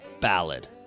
ballad